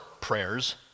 prayers